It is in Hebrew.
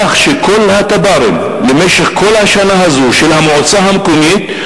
כך שכל התב"רים של המועצה המקומית,